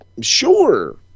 sure